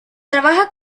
trabaja